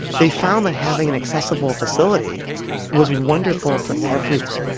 they found that having an accessible facility was wonderful for everyone.